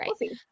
Right